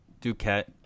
Duquette